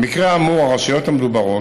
במקרה האמור הרשויות המדוברות,